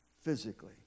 physically